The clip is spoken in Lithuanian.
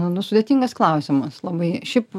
nu sudėtingas klausimas labai šiaip